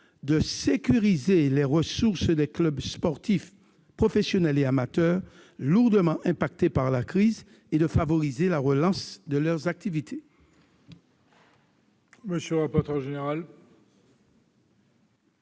de sécuriser les ressources des clubs sportifs professionnels et amateurs, lesquels ont été durement touchés par la crise, et de favoriser la relance de leurs activités.